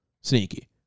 Sneaky